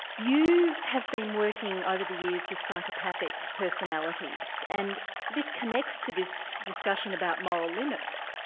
you have been working over the years with psychopathic personalities, and this connects to this discussion about moral limits.